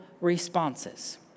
responses